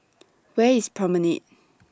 Where IS Promenade